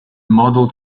model